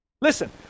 Listen